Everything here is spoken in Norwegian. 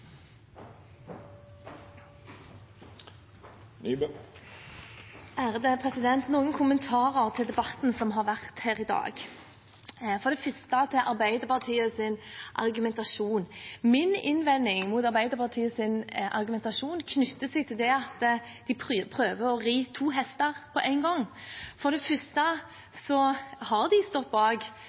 noen kommentarer til debatten som har vært her i dag, for det første til Arbeiderpartiets argumentasjon: Min innvending mot Arbeiderpartiets argumentasjon knytter seg til at de prøver å ri to hester på én gang. For det første har de stått bak